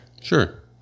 Sure